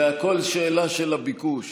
זה הכול שאלה של ביקוש.